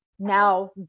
Now